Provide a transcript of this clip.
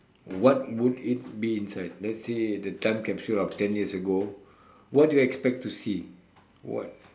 what would it be inside let's say the time capsule of ten years ago what do you expect to see what